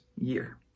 year